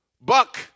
buck